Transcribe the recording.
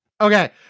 Okay